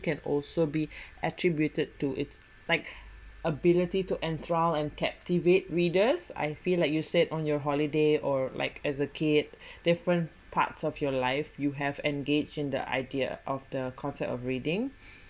can also be attributed to its like ability to enthralled and captivate readers I feel like you said on your holiday or like as a kid different parts of your life you have engaged in the idea of the concept of reading